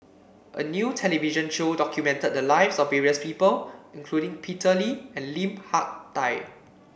a new television show documented the lives of various people including Peter Lee and Lim Hak Tai